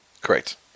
Correct